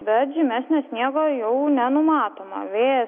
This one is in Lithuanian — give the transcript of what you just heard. bet žymesnio sniego jau nenumatoma vėjas